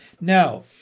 Now